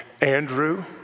Andrew